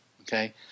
okay